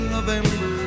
November